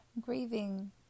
grieving